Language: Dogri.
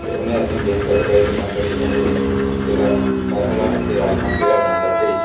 ते उनें असेंगी देई दित्ता कि भई इत्थे कंपीटीशन ऐ तुस जेहड़ा सारे कोला अच्छे राजमां केह्ड़ा बनांदा ऐ स्हेई